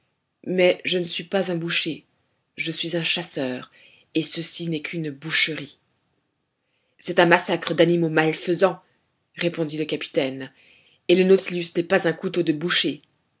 mais je ne suis pas un boucher je suis un chasseur et ceci n'est qu'une boucherie c'est un massacre d'animaux malfaisants répondit le capitaine et le nautilus n'est pas un couteau de boucher